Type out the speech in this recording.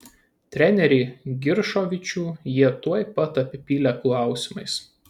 trenerį giršovičių jie tuoj pat apipylė klausimais